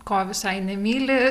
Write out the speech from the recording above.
ko visai nemyli